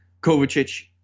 Kovacic